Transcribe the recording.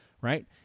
right